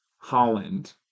Holland